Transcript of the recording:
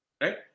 right